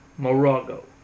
Morago